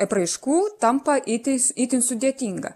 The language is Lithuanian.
apraiškų tampa itin itin sudėtinga